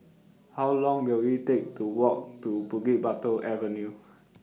How Long Will IT Take to Walk to Bukit Batok Avenue